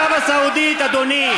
אדוני,